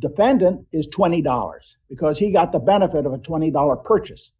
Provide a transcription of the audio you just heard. defendant is twenty dollars because he got the benefit of a twenty dollars purchase